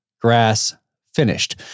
grass-finished